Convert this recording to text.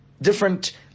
different